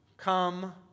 Come